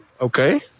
Okay